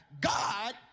God